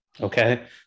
okay